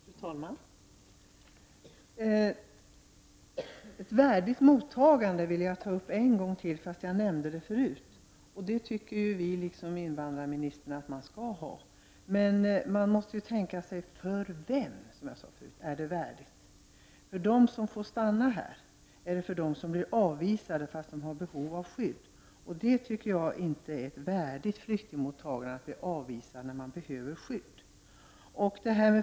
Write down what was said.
Fru talman! Frågan om ett värdigt mottagande vill jag ta upp en gång till. Ett sådant tycker jag liksom invandrarministern att vi skall ha. Men man måste tänka sig för vem, som jag sade förut, det är värdigt: för dem som får asyl eller för dem som avvisas även om de är i behov av skydd? Att bli avvisad när man är i behov av skydd tycker jag inte är ett värdigt flyktingmottagande.